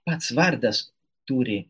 pats vardas turi